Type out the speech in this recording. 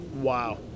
Wow